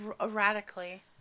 erratically